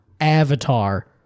avatar